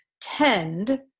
tend